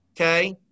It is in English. Okay